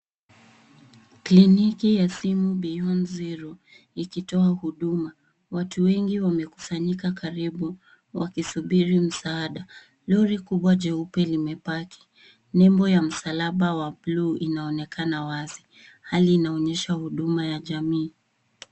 Kliniki ya simu Beyond Zero ikitoa huduma. Watu wengi wamekusanyika karibu wakisubiri msaada. Lori kubwa jeupe limepaki. Nembo ya msalaba wa buluu inaonekana wazi. Hali inaonyesha huduma ya jamii.